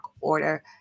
order